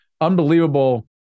unbelievable